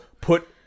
put